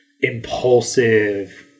impulsive